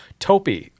Topi